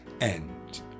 end